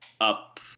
up